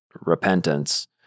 repentance